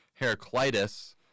Heraclitus